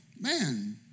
man